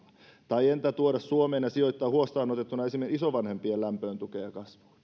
tai entä tuoda suomeen ja sijoittaa huostaan otettuna esimerkiksi isovanhempien lämpöön tukeen ja kasvatukseen